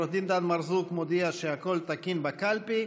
עו"ד דן מרזוק מודיע שהכול תקין בקלפי.